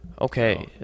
Okay